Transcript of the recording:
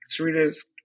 Sarita's